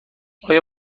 آیا